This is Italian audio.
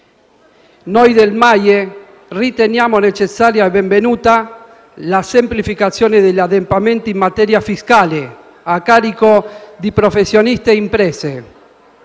Noi del MAIE riteniamo necessaria e benvenuta la semplificazione degli adempimenti in materia fiscale a carico di professionisti e imprese.